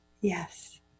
Yes